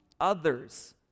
others